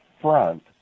front